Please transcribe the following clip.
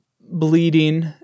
bleeding